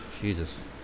Jesus